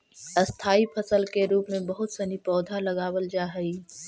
स्थाई फसल के रूप में बहुत सनी पौधा लगावल जा हई